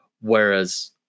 Whereas